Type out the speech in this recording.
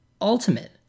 ultimate